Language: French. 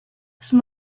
son